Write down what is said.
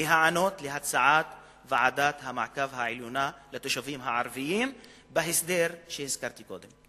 להיענות להצעת ועדת המעקב העליונה לתושבים הערבים בהסדר שהזכרתי קודם.